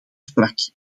sprak